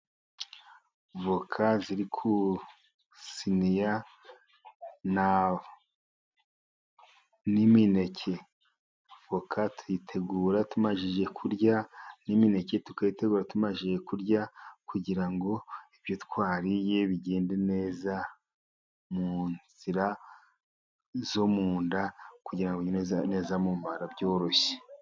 Voka ziri ku isiniya n'imineke, voka tuyitegura tumaze kurya, n'imineke tukayitegura tubaze kurya, kugira ngo ibyo twariye bigende neza mu nzira zo mu nda, kugira ngo binyure neza mu mara byoroshye.